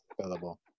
available